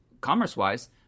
commerce-wise